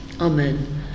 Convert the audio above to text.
Amen